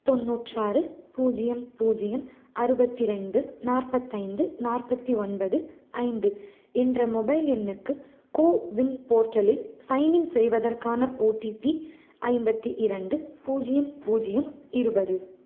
தொண்ணூற்றாறு பூஜ்யம் பூஜ்யம் அறுபத்தி ரெண்டு நாற்பத்தைந்து நாற்பத்தி ஒன்பது ஐந்து என்ற மொபைல் எண்ணுக்கு கோவின் போர்ட்டலில் சைனின் செய்வதற்கான ஓடிபி ஐம்பத்தி இரண்டு பூஜ்யம் பூஜ்யம் இருபது